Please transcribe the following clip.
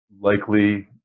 likely